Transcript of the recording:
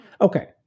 Okay